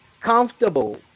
comfortable